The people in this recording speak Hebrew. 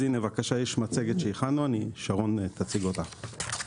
יש מצגת שהכנו, שרון תציג אותה.